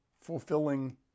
fulfilling